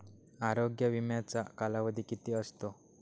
आरोग्य विम्याचा कालावधी किती असतो?